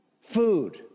food